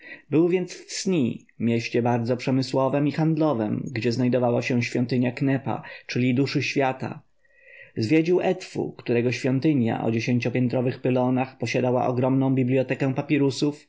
był więc w sni mieście bardzo przemysłowem i handlowem gdzie znajdowała się świątynia knepha czyli duszy świata zwiedził edfu którego świątynia o dziesięciopiętrowych pylonach posiadała ogromną bibljotekę papirusów